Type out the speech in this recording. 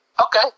Okay